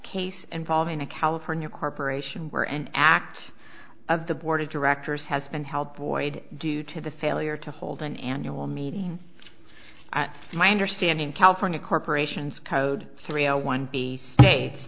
case involving a california corporation where an act of the board of directors has been held void due to the failure to hold an annual meeting my understanding california corporations code three hundred one b states